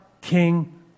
king